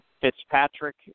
Fitzpatrick